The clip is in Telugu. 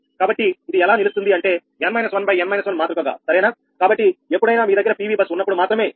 కాబట్టి ఇది ఎలా నిలుస్తుంది అంటే 𝑛 − 1 ∗ 𝑛 − 1 మాతృకగా సరేనా కాబట్టి ఎప్పుడైతే మీ దగ్గర PVబస్ ఉన్నప్పుడు మాత్రమే ఇది